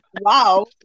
Wow